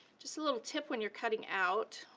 just a little tip when you're cutting out,